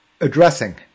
addressing